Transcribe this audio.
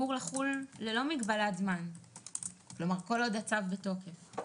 הצו אמור לחול ללא מגבלת זמן כל עוד הצו בתוקף.